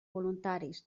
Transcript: voluntaris